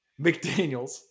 McDaniels